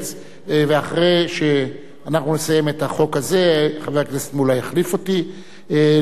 26 בעד, שם השם זה 26, אין מתנגדים, אין נמנעים.